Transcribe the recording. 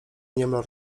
niemal